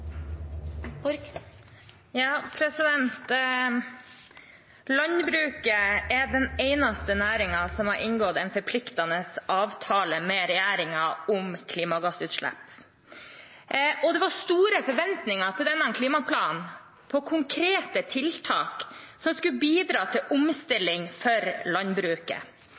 den eneste næringen som har inngått en forpliktende avtale med regjeringen om klimagassutslipp. Det var store forventninger til denne klimaplanen, på konkrete tiltak som skulle bidra til omstilling for landbruket.